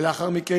ולאחר מכן,